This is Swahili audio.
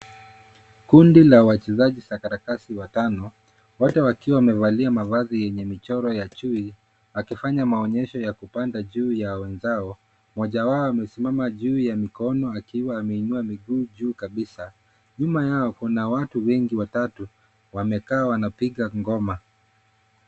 Kundi la wachezaji sarakasi watano, wote wakiwa wamevalia mavazi yenye michoro ya chui, wakifanya maonyesho ya kupanda juu ya wenzao. Mmoja wao wamesimama juu ya mikono akiwa ameinua miguu juu kabisa. Nyuma yao kuna watu wengi watatu, wamekaa wanapiga ngoma.